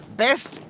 best